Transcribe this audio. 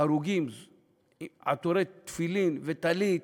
הרוגים עטורי תפילין וטלית,